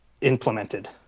implemented